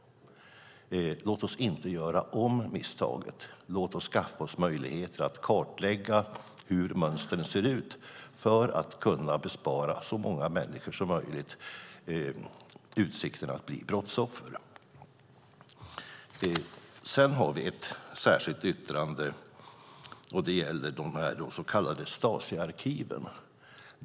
Låt oss inte göra om misstaget. Låt oss skaffa oss möjligheter att kartlägga hur mönstren ser ut för att kunna bespara så många människor som möjligt utsikten att bli brottsoffer. Vi har även ett särskilt yttrande som gäller de så kallade Stasiarkiven.